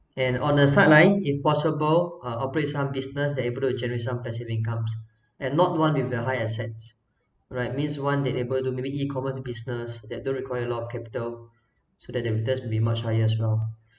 and on the sideline if possible uh operates some business able to generate passive incomes and not one with the high assets right means one that able to maybe E commerce business that don't require a lot of capital so that the returns would be much higher as well